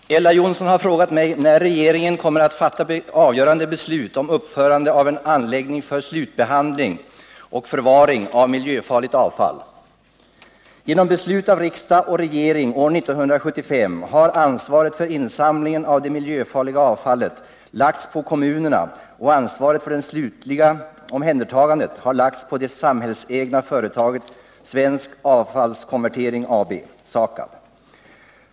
Herr talman! Ella Johnsson har frågat mig när regeringen kommer att fatta avgörande beslut om uppförande av en anläggning för slutbehandling och förvaring av miljöfarligt avfall. Genom beslut av riksdag och regering år 1975 har ansvaret för insamlingen av det miljöfarliga avfallet lagts på kommunerna, och ansvaret för det slutliga omhändertagandet har lagts på det samhällsägda företaget Svensk Avfallskonvertering AB.